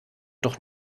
doch